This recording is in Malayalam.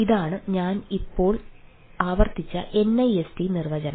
ഇതാണ് ഞാൻ ഇപ്പോൾ ആവർത്തിച്ച NIST നിർവചനം